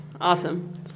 Awesome